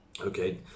Okay